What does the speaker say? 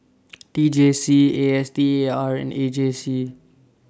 T J C A S T A R and A G C